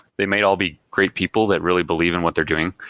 they may all be great people that really believe in what they're doing,